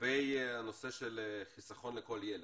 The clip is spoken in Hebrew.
לגבי הנושא של חיסכון לכל ילד.